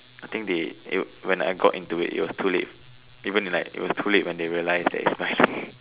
I think they when I got into it it was too late even if like it was too late when they realise it's like